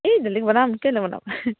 এই দালি বনাম কেলে নবনাম